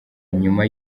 nyuma